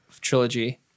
trilogy